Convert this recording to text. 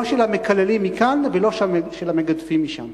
לא של המקללים מכאן ולא של המגדפים משם.